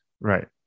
Right